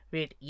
Wait